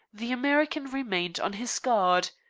the american remained on his guard.